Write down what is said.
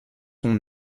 son